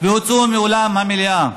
והוצאו מאולם המליאה.